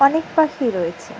অনেক পাখি রয়েছে